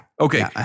Okay